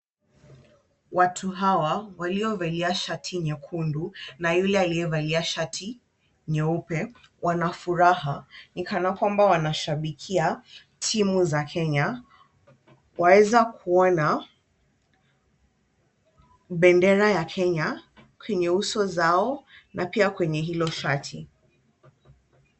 Watu hawa waliovalia shati nyekundu na yule aliyevalia shati nyeupe wana furaha ni kana kwamba wanashabikia timu za kenya. Waeza kuona bendera ya Kenya kwenye nyuso zao na pia kwenye hilo shati.